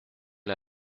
l’a